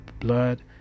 blood